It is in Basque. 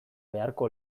beharko